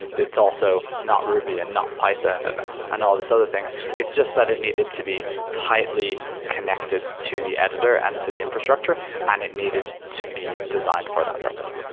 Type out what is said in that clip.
but it's also not ruby and not python and and all these other things. it's just that it needed to be tightly connected to the editor and to the infrastructure and it needed to be designed for that purpose.